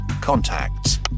contacts